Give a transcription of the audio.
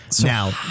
Now